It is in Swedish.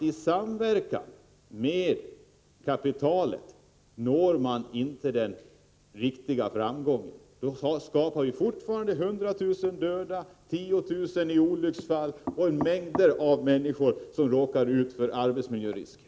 I samverkan med kapitalet når man inte den riktiga framgången. Då får vi fortfarande 100 000 döda, 10 000 olycksdrabbade och mängder av människor som råkar ut för arbetsmiljörisker.